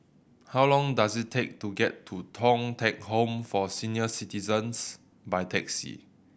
how long does it take to get to Thong Teck Home for Senior Citizens by taxi